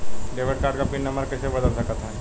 Debit card क pin number कइसे बदल सकत हई?